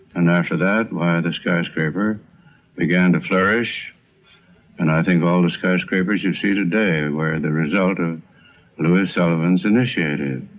and after that, why the and skyscraper began to flourish and i think all the skyscrapers you see today were the result of louis sullivan's initiative.